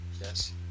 yes